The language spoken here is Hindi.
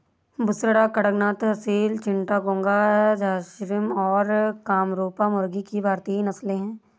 बुसरा, कड़कनाथ, असील चिट्टागोंग, झर्सिम और कामरूपा मुर्गी की भारतीय नस्लें हैं